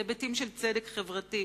והיבטים של צדק חברתי,